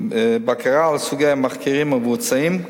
בקרה על סוגי המחקרים המבוצעים,